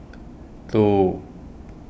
two